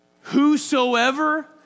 whosoever